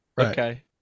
Okay